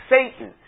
Satan